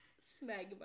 smegma